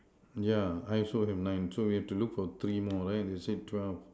yeah I also have nine so we have to look for three more because they say twelve